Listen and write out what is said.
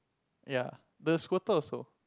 ya the Squirtle also